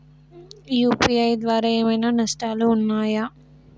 UPI ద్వారా ఏమైనా నష్టాలు ఉన్నయా?